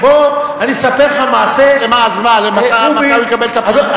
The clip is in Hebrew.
אני אספר לך מעשה, אז מתי הוא יקבל את הפנסיה?